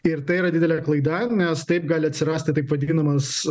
ir tai yra didelė klaida nes taip gali atsirasti taip vadinamas